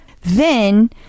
then-